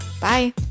Bye